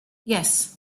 yes